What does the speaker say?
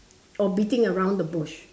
or beating around the bush